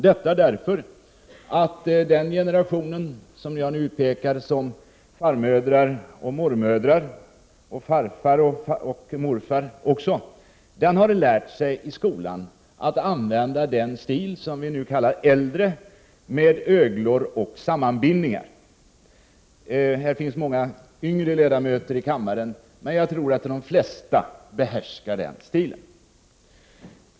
Skälet är att den generation som jag nu utpekar som farmödrar och mormödrar eller farfädrar och morfädrar i skolan lärde sig den handstil som vi nu kallar för äldre handstil med öglor och sammanbindningar. I kammaren finns många yngre ledamöter, men jag tror att de flesta av dem behärskar den handstilen.